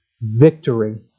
victory